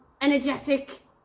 energetic